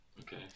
Okay